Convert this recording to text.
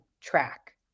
track